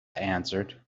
answered